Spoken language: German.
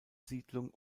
siedlung